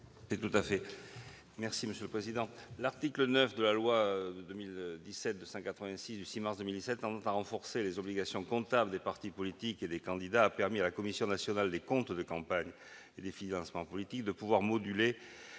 est à M. Jean-Pierre Grand. L'article 9 de la loi n° 2017-286 du 6 mars 2017 tendant à renforcer les obligations comptables des partis politiques et des candidats a permis à la Commission nationale des comptes de campagne et des financements politiques de moduler